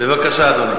לפני שסיימנו את העבודה.